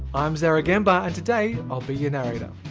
i'm zaraganba and today i'll be your narrator.